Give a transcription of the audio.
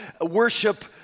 worship